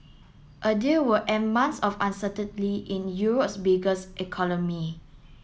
a deal would end months of uncertainty in Europe's biggest economy